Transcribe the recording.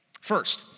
First